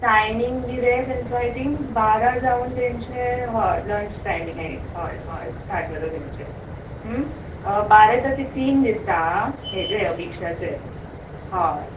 timing बी रे तेंचो आय थींक बारा जावन तेंचें हय लंच टायमींग एय हय हय स्टाट जाता तेंचें बारा ता ते तीन दिसता हेजें अभिक्षाचें हय